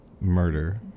Murder